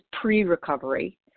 pre-recovery